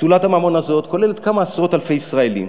אצולת הממון הזאת כוללת כמה עשרות-אלפי ישראלים